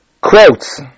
quotes